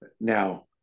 Now